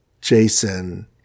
Jason